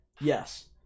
Yes